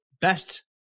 best